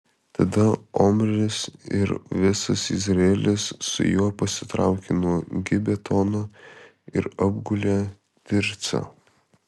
tada omris ir visas izraelis su juo pasitraukė nuo gibetono ir apgulė tircą